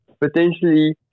potentially